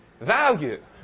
value